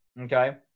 Okay